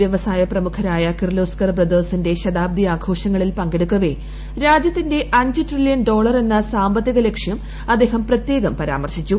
വ്യവസായ പ്രമുഖരായ ക്ലിർലോസ്കർ ബ്രദേഴ്സിന്റെ ശതാബ്ദി ആഘോഷങ്ങളിൽ പങ്കെടുക്കുവേ ്രാജ്യത്തിന്റെ അഞ്ച് ട്രില്യൻ ഡോളറെന്ന സാമ്പത്തിക ലക്ഷ്യം അദ്ദേഹ്ർ പ്രത്യേകം പരാമർശിച്ചു